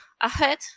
ahead